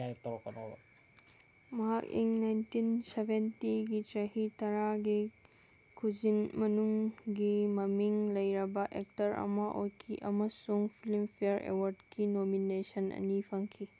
ꯃꯍꯥꯛ ꯏꯪ ꯅꯥꯏꯟꯇꯤꯟ ꯁꯚꯦꯟꯇꯤꯒꯤ ꯆꯍꯤ ꯇꯔꯥꯒꯤ ꯈꯨꯖꯤꯡ ꯃꯅꯨꯡꯒꯤ ꯃꯃꯤꯡ ꯂꯩꯔꯕ ꯑꯦꯛꯇꯔ ꯑꯃ ꯑꯣꯏꯈꯤ ꯑꯃꯁꯨꯡ ꯐꯤꯜꯝꯐꯤꯌꯔ ꯑꯦꯋꯔꯠꯀꯤ ꯅꯣꯃꯤꯅꯦꯁꯟ ꯑꯅꯤ ꯐꯪꯈꯤ